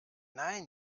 nein